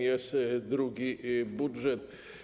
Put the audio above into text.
Jest drugi budżet.